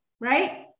right